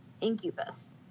incubus